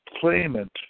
claimant